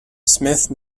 smith